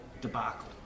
debacle